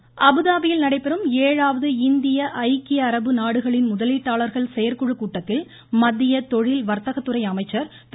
பியூஷ்கோயல் அபுதாபியில் நடைபெறும் ஏழாவது இந்திய ஐக்கிய அரபு நாடுகளின் முதலீட்டாளர்கள் செயற்குழு கூட்டத்தில் மத்திய தொழில் வர்த்தகத்துறை அமைச்சர் திரு